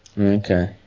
Okay